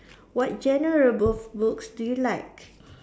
what genre of boo~ books do you like